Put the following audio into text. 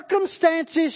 circumstances